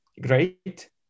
great